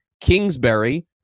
Kingsbury